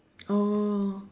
oh